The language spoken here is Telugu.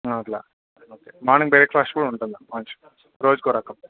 అట్లా ఓకే మార్నింగ్ బ్రేక్ఫాస్ట్ కూడా ఉంటుంది లంచ్ రోజుకో రకం